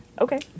Okay